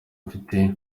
mfite